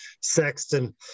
Sexton